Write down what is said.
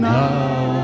now